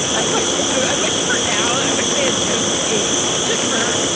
i wish so i wish for now. i wish they had chosen katie just for her.